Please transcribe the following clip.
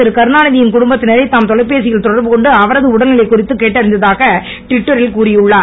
திருகருணாந்தி யின் குடும்பத்தினரை தாம் தொலைபேசியில் தொடர்புகொண்டு அவரது உடல்நிலை குறித்து கேட்டறிந்ததாக ட்விட்டரில் கூறியுள்ளார்